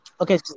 okay